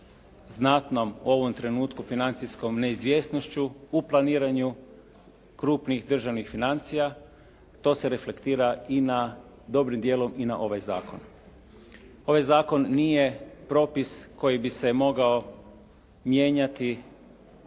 znatnom u ovom trenutku financijskom neizvjesnošću u planiranju krupnih državnih financija. To se reflektira i dobrim dijelom i na ovaj zakon. Ovaj zakon nije propis koji bi se mogao mijenjati